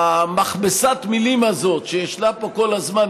מכבסת המילים הזו שישנה פה כל הזמן,